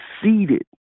seated